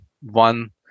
One